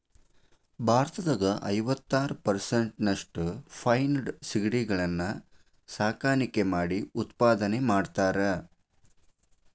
ಭಾರತದಾಗ ಐವತ್ತಾರ್ ಪೇರಿಸೆಂಟ್ನಷ್ಟ ಫೆನೈಡ್ ಸಿಗಡಿಗಳನ್ನ ಸಾಕಾಣಿಕೆ ಮಾಡಿ ಉತ್ಪಾದನೆ ಮಾಡ್ತಾರಾ